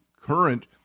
current